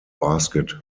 basket